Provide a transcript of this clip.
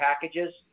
packages